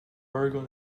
oregon